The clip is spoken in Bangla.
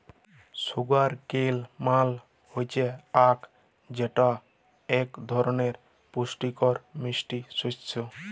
সুগার কেল মাল হচ্যে আখ যেটা এক ধরলের পুষ্টিকর মিষ্টি শস্য